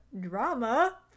Drama